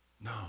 No